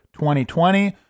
2020